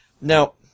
now